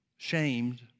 shamed